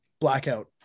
blackout